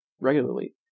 regularly